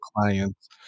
clients